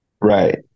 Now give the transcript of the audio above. Right